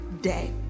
day